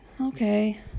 Okay